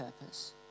purpose